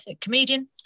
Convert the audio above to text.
Comedian